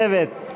נא לשבת.